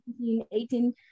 18